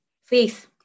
faith